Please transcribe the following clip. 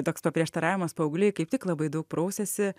toks paprieštaravimas paaugliai kaip tik labai daug prausiasi